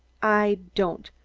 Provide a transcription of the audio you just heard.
i don't.